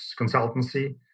consultancy